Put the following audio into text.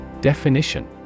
Definition